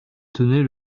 tenais